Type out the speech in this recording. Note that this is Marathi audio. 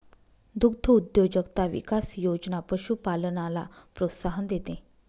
दुग्धउद्योजकता विकास योजना पशुपालनाला प्रोत्साहन देते